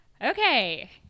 Okay